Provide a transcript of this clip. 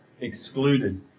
excluded